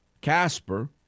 Casper